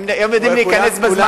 הם יודעים להיכנס בזמן.